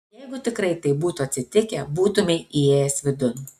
jeigu tikrai taip būtų atsitikę būtumei įėjęs vidun